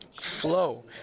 flow